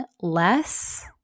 less